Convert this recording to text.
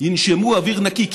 ינשמו אוויר נקי,